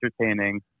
entertaining